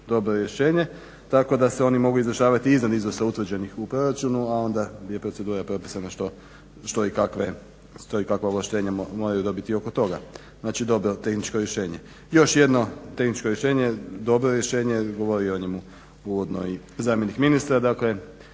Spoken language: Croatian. dobro rješenje tako da se oni mogu izvršavati iznad iznosa utvrđenih u proračunu, a onda je procedura propisa što i kakva ovlaštenja moraju dobiti oko toga. Znači dobro tehničko rješenje. Još jedno tehničko rješenje, dobro rješenje, govorio je o njemu uvodno i zamjenik ministra, dakle